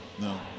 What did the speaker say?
No